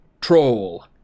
troll